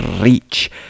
reach